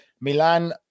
Milan